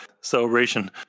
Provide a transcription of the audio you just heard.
Celebration